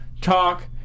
talk